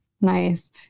Nice